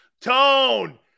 Tone